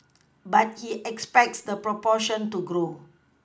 but he expects the proportion to grow